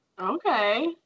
Okay